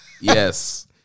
Yes